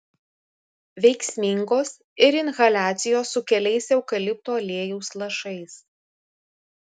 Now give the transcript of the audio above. veiksmingos ir inhaliacijos su keliais eukalipto aliejaus lašais